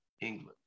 England